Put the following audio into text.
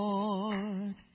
Lord